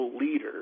leader